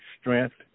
strength